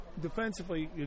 defensively